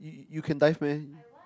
you can dive meh